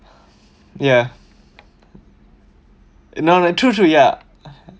ya no no true true ya